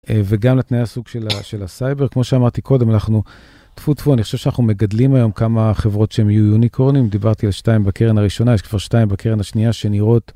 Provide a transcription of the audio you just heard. וגם לתנאי הסוג של הסייבר, כמו שאמרתי קודם, אנחנו טפו טפו, אני חושב שאנחנו מגדלים היום כמה חברות שהן יהיו יוניקורנים, דיברתי על שתיים בקרן הראשונה, יש כבר שתיים בקרן השנייה שנראות.